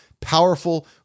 powerful